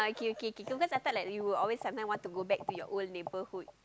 okay okay okay cause I thought like you will always some time want to go back to your old neighborhood